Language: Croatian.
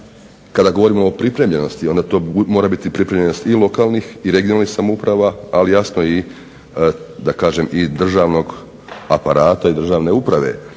kada govorimo o pripremljenosti onda to mora biti pripremljenost i lokalnih i regionalnih samouprava, ali jasno i državnog aparata i državne uprave